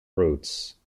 roots